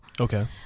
Okay